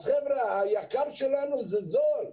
היקר שלנו זה זול,